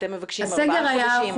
אתם מבקשים ארבעה חודשים.